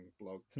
blog